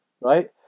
right